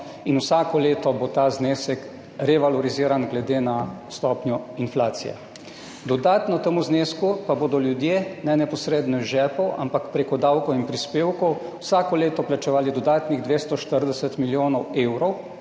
in vsako leto bo ta znesek revaloriziran glede na stopnjo inflacije. Dodatno temu znesku pa bodo ljudje ne neposredno iz žepov ampak preko davkov in prispevkov vsako leto plačevali dodatnih 240 milijonov evrov,